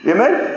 Amen